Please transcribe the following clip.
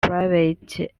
private